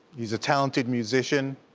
he's a talented musician,